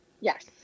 Yes